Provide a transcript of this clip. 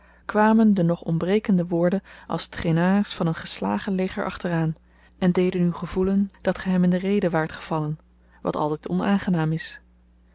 kwamen de nog ontbrekende woorden als trainards van een geslagen leger achteraan en deden u gevoelen dat ge hem in de rede waart gevallen wat altyd onaangenaam is